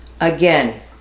Again